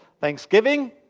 thanksgiving